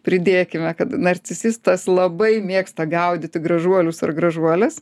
pridėkime kad narcisistas labai mėgsta gaudyti gražuolius ar gražuoles